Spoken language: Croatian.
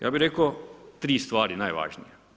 Ja bi rekao 3 stvari najvažnije.